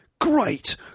great